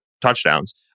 touchdowns